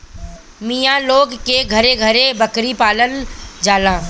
मिया लोग के घरे घरे बकरी पालल जाला